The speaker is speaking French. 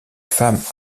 femmes